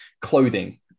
clothing